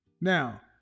Now